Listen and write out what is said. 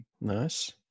Nice